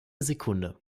sekunde